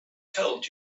told